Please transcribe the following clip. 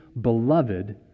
beloved